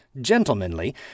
gentlemanly